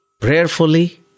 prayerfully